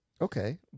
Okay